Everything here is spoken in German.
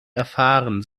erfahren